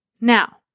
Now